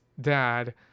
dad